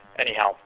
anyhow